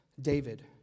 David